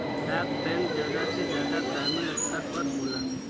डाक बैंक जादा से जादा ग्रामीन स्तर पर होला